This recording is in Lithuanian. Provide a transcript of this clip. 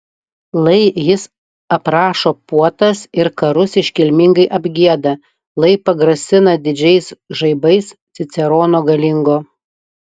lai jis aprašo puotas ir karus iškilmingai apgieda lai pagrasina didžiais žaibais cicerono galingo